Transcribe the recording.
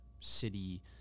city